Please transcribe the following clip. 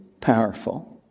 powerful